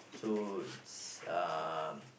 so it's um